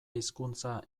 hizkuntza